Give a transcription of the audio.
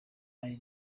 ari